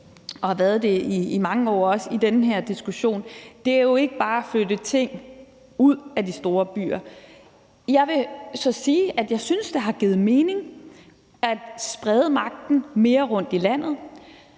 vi har været optaget af i mange år, er jo ikke bare at flytte ting ud af de store byer. Jeg vil så sige, at jeg synes, det har givet mening at sprede magten mere rundt i landet.